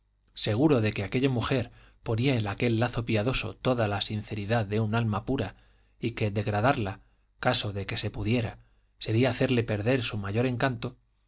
seguro de que aquella mujer ponía en aquel lazo piadoso toda la sinceridad de un alma pura y que degradarla caso de que se pudiera sería hacerle perder su mayor encanto